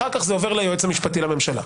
אחר כך זה עובר ליועץ המשפטי לממשלה.